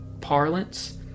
parlance